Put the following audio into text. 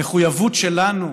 המחויבות שלנו